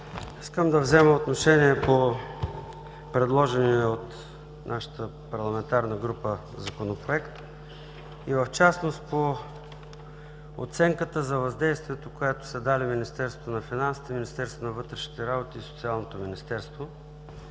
Искам да взема отношение по предложения от нашата парламентарна група Законопроект и в частност по оценката за въздействието, която са дали Министерството на финансите, Министерството на вътрешните работи и Социалното министерство.